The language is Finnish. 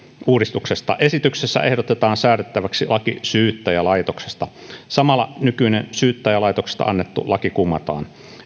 esityksessä ehdotetaan säädettäväksi laki syyttäjälaitoksesta samalla nykyinen syyttäjälaitoksesta annettu laki kumotaan